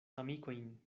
amikojn